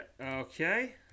okay